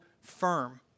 firm